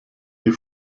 die